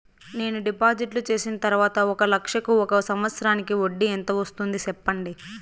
నేను డిపాజిట్లు చేసిన తర్వాత ఒక లక్ష కు ఒక సంవత్సరానికి వడ్డీ ఎంత వస్తుంది? సెప్పండి?